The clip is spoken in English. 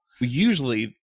Usually